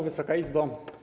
Wysoka Izbo!